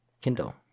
Kindle